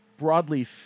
Broadleaf